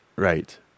Right